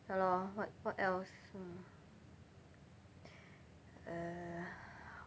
ya lor what what else mm err